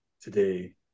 Today